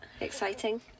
exciting